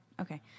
Okay